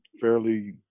fairly